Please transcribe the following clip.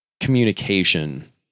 communication